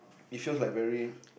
it feels like very